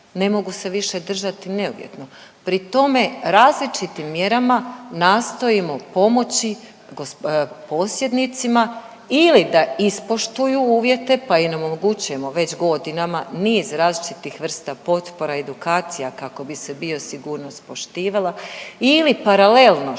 ne mogu se više držati neuvjetno. Pri tome, različitim mjerama nastojimo pomoći posjednicima ili da ispoštuju uvjete pa i im omogućujemo već godinama niz različitih vrsta potpora i edukacija kako bi se biosigurnost poštivala ili paralelno,